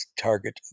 target